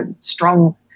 strong